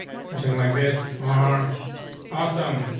something like this are awesome.